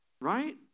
Right